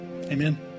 Amen